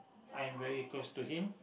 I am very close to him